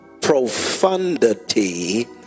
profundity